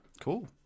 cool